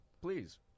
Please